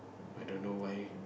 i don't know why